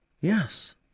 yes